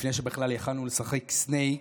לפני שבכלל יכולנו לשחק סנייק.